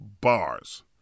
bars